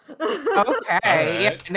okay